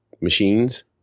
machines